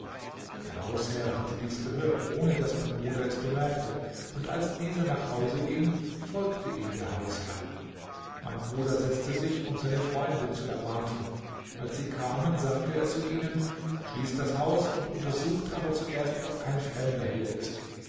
der hausherr hatte dies gehört ohne daß mein bruder es bemerkte und als dieser nach hause ging folgte ihm der hausherr mein bruder setzte sich um seine freunde zu erwarten als sie kamen sagte er zu ihnen schließt das haus untersucht aber zuerst ob kein fremder hier ist